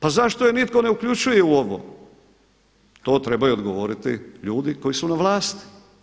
Pa zašto je nitko ne uključuje u ovo, to trebaju odgovoriti ljudi koji su na vlasti.